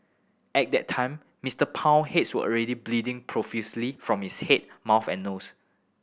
at that time Mister Pang heads were already bleeding profusely from his head mouth and nose